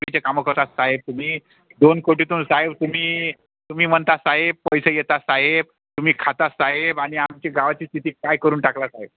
त्याचे कामं करतात साहेब तुम्ही दोन कोटीतून साहेब तुम्ही तुम्ही म्हणता साहेब पैसे येताात साहेब तुम्ही खातात साहेब आणि आमची गावाची स्थिती काय करून टाकला साहेब